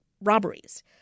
robberies